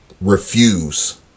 refuse